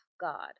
God